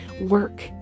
work